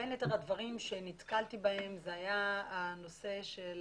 בין יתר הדברים בהם נתקלתי היה הנושא של